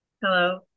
hello